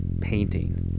painting